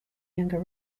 younger